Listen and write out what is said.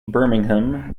birmingham